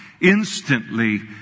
instantly